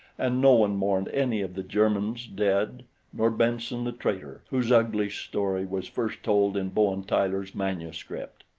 and no one mourned any of the germans dead nor benson, the traitor, whose ugly story was first told in bowen tyler's manuscript.